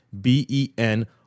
b-e-n